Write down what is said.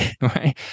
right